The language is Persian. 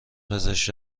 پزشک